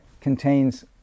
contains